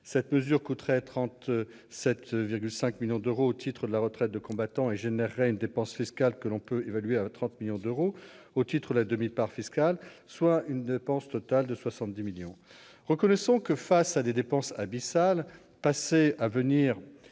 Cette mesure coûterait 37,5 millions d'euros au titre de la retraite du combattant et entraînerait une dépense fiscale que l'on peut évaluer à 30 millions d'euros au titre de la demi-part fiscale, soit une dépense totale de 70 millions d'euros. Reconnaissons que, face aux dépenses abyssales, passées ou à venir,